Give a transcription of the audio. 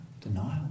denial